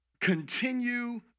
Continue